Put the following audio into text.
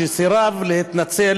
שסירב להתנצל,